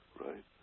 right